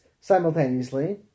simultaneously